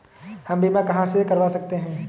हम बीमा कहां से करवा सकते हैं?